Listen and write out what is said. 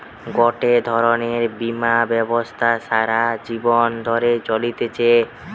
গটে ধরণের বীমা ব্যবস্থা সারা জীবন ধরে চলতিছে